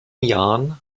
jahren